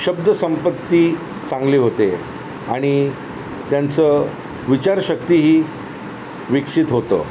शब्दसंपत्ती चांगली होते आणि त्यांचं विचारशक्तीही विकसित होतं